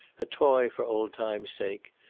a toy for old time's sake,